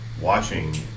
watching